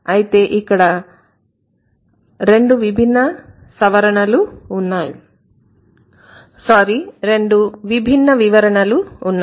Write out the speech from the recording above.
అయితే ఇక్కడ రెండు రకాల విభిన్న వివరణలు ఉన్నాయి